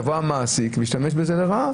יבוא המעסיק וישתמש בזה לרעה.